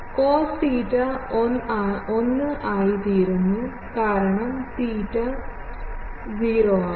cos theta 1 ആയിത്തീരുന്നു കാരണം theta 0 ആണ്